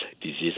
disease